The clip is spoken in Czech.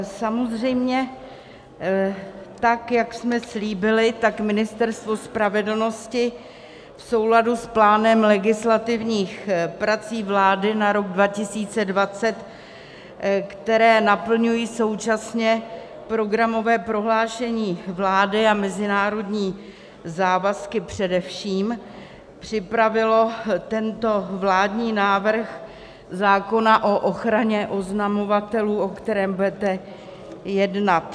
Samozřejmě tak, jak jsme slíbili, Ministerstvo spravedlnosti v souladu s plánem legislativních prací vlády na rok 2020, které naplňují současně programové prohlášení vlády a mezinárodní závazky především, připravilo tento vládní návrh zákona o ochraně oznamovatelů, o kterém budete jednat.